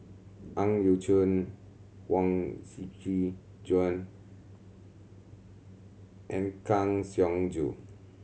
Ang Yau Choon Huang Shiqi Joan and Kang Siong Joo